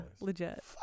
legit